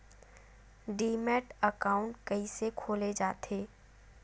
Demat account कइसे खोले जाथे?